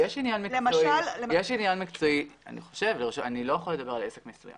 יש עניין מקצועי אני לא יכול לדבר על עסק מסוים